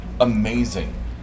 amazing